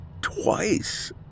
twice